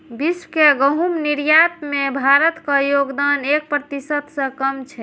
विश्व के गहूम निर्यात मे भारतक योगदान एक प्रतिशत सं कम छै